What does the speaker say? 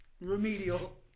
Remedial